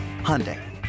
Hyundai